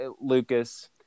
Lucas